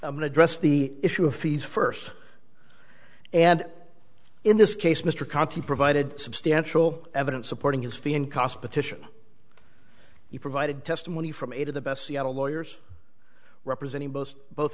case an address the issue of fees first and in this case mr conti provided substantial evidence supporting his fee in cost petition you provided testimony from eight of the best seattle lawyers representing both both